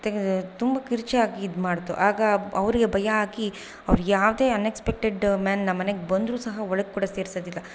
ತುಂಬ ಕಿರುಚಾಗಿ ಇದು ಮಾಡಿತು ಆಗ ಅವರಿಗೆ ಭಯ ಆಗಿ ಅವರು ಯಾವುದೇ ಅನ್ಎಕ್ಸ್ಪೆಕ್ಟೆಡ್ ಮ್ಯಾನ್ ನಮ್ಮ ಮನೆಗೆ ಬಂದರು ಸಹ ಒಳಗೆ ಕೂಡ ಸೇರಿಸೋದಿಲ್ಲ